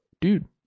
dude